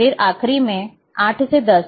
फिर आखरी में 8 से 10